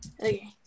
Okay